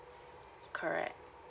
correct